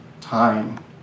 time